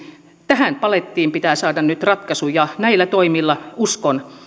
tähän palettiin pitää saada nyt ratkaisu ja näillä toimilla uskon